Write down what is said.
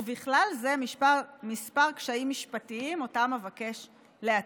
ובכלל זה כמה קשיים משפטיים שאותם אבקש להציג.